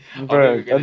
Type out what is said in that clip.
Bro